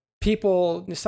people